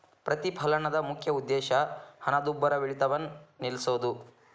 ಪ್ರತಿಫಲನದ ಮುಖ್ಯ ಉದ್ದೇಶ ಹಣದುಬ್ಬರವಿಳಿತವನ್ನ ನಿಲ್ಸೋದು